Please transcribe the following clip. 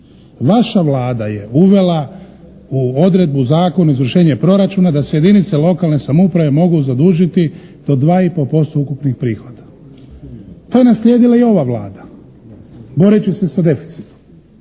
Vaša Vlada je uvela u odredbu Zakona o izvršenju proračuna da se jedinice lokalne samouprave mogu zadužiti do 2,5% ukupnih prihoda. To je naslijedila i ova Vlada boreći se sa deficitom.